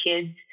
kids